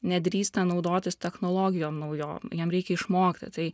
nedrįsta naudotis technologijom naujom jam reikia išmokti tai